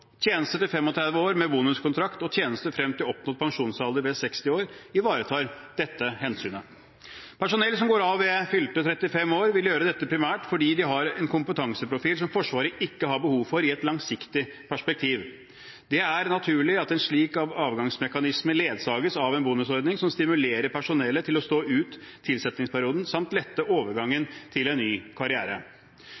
til 35 år med bonuskontrakt og tjeneste frem til oppnådd pensjonsalder ved 60 år ivaretar dette hensynet. Personell som går av ved fylte 35 år, vil gjøre dette primært fordi de har en kompetanseprofil som Forsvaret ikke har behov for i et langsiktig perspektiv. Det er naturlig at en slik avgangsmekanisme ledsages av en bonusordning som stimulerer personellet til å stå ut tilsettingsperioden samt letter overgangen til en ny karriere.